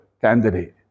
candidate